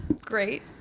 great